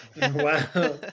Wow